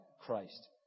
Christ